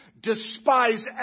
despise